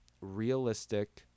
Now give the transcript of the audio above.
realistic